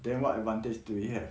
then what advantage do he had